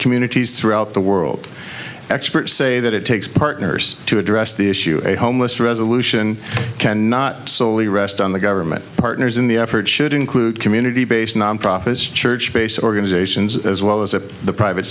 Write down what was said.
communities throughout the world experts say that it takes partners to address the issue a homeless resolution can not solely rest on the government partners in the effort should include community based nonprofits church based organizations as well as the private